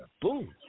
Boom